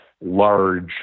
large